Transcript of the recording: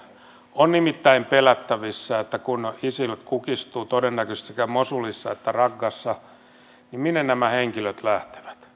on nimittäin pelättävissä kun isil kukistuu todennäköisesti sekä mosulissa että raqqassa niin minne nämä henkilöt lähtevät